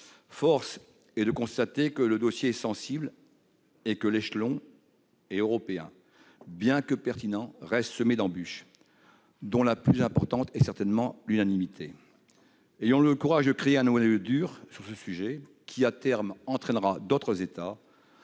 Force est de le constater, le dossier est sensible. L'échelon européen, bien que pertinent, reste semé d'embuches, dont la plus importante est certainement l'unanimité. Ayons le courage de créer, sur ce sujet, un noyau dur, qui, à terme, entraînera d'autres États.